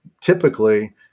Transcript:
typically